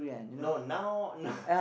no now